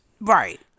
Right